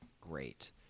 great